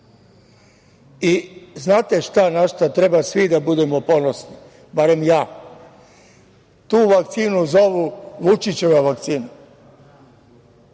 Znate šta na šta treba svi da budemo ponosni, barem ja, tu vakcinu zovu Vučićeva vakcina.